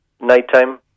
nighttime